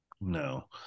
No